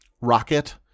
Rocket